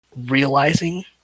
realizing